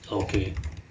okay